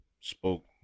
spoke